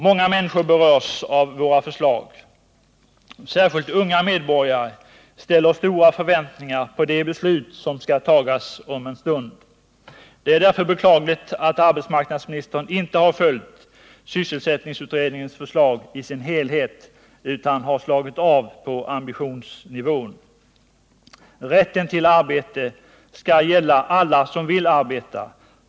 Många människor berörs av våra förslag. Särskilt unga handikappade ställer stora förväntningar på de beslut som skall tas om en stund. Det är därför beklagligt att arbetsmarknadsministern inte har följt sysselsättningsutredningens förslag i dess helhet utan har slagit av på ambitionsnivån. Rätten till arbete skall gälla alla som vill arbeta.